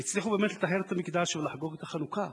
והצליחו לטהר את המקדש ולחגוג את החנוכה.